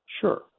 Sure